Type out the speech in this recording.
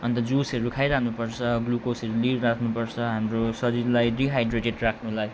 अन्त जुसहरू खाइ रहनुपर्छ ग्लुकोसहरू लिइ राख्नुपर्छ हाम्रो शरीरलाई डिहाइड्रेटेड राख्नुलाई